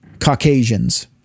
Caucasians